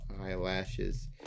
Eyelashes